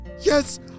Yes